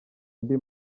andi